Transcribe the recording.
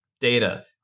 Data